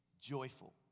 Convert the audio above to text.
Joyful